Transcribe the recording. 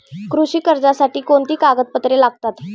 कृषी कर्जासाठी कोणती कागदपत्रे लागतात?